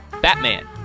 Batman